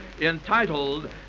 entitled